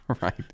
right